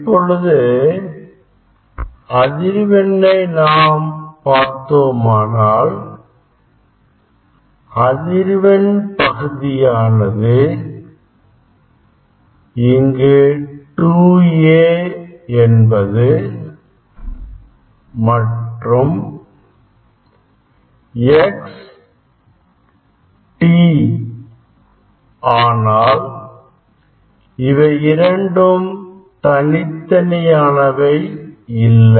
இப்பொழுது அதிர்வெண்ணை நாம் பார்த்தோமானால் அதிர்வெண் பகுதியானது இங்கு 2A என்பது x மற்றும் t ஆனால் இவை இரண்டும் தனித்தனியானவை இல்லை